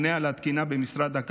דבריי, אך לפני כן אפרט את הרקע לתיקון.